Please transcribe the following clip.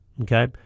Okay